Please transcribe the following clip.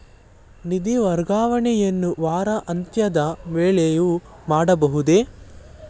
ನಿಧಿ ವರ್ಗಾವಣೆಯನ್ನು ವಾರಾಂತ್ಯದ ವೇಳೆಯೂ ಮಾಡಬಹುದೇ?